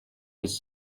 his